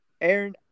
Aaron